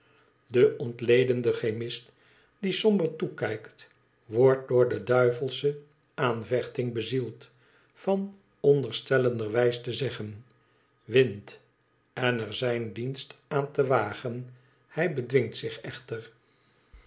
de ontledende chemist die somber toekijkt wordt door de duivelsche aanvechting bezield van onderstellenderwijs te zeggen twind en er zijn dienst aan te wagen hij bedwingt zich echter